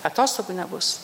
atostogų nebus